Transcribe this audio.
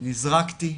נזרקתי,